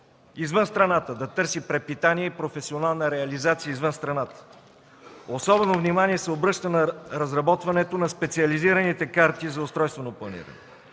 това съсловие – да търси препитание и професионална реализация извън страната. Особено внимание се обръща на разработването на специализираните карти за устройствено планиране.